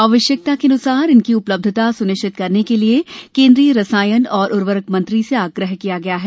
आवश्यकता के अनुसार इनकी उपलब्धता सुनिश्चित करने के लिए केन्द्रीय रसायन एवं उर्वरक मंत्री से आग्रह किया गया है